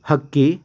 ಹಕ್ಕಿ